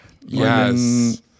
yes